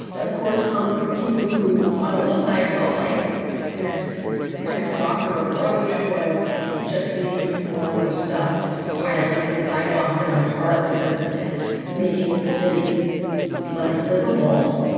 of course, for four people who on the flip side felt like this kind of softer approach was just leading to more and more stuff piling up in sidewalks and on parks and making the city less livable.